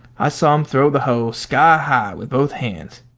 i saw him throw the hoe sky-high with both hands.